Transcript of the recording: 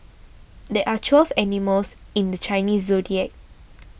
there are twelve animals in the Chinese zodiac